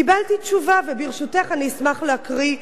אני אשמח להקריא חלקים מהתשובה.